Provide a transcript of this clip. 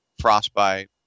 frostbite